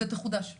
ותחודש בהקדם.